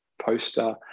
poster